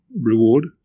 reward